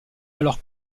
alors